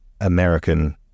American